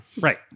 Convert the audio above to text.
Right